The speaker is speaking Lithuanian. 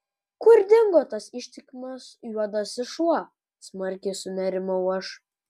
kur dingo tas ištikimas juodasis šuo smarkiai sunerimau aš